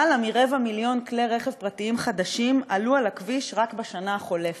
למעלה מרבע מיליון כלי רכב פרטיים חדשים עלו על הכביש רק בשנה החולפת.